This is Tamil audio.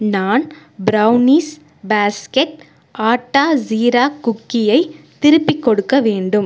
நான் ப்ரௌனீஸ் பாஸ்கெட் ஆட்டா ஜீரா குக்கீயை திருப்பிக் கொடுக்க வேண்டும்